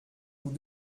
vous